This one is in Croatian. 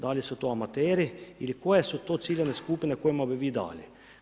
Da li su to amateri ili koje su to ciljane skupine kojima bi vi dali?